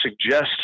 suggest